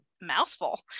mouthful